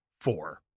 four